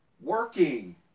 working